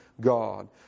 God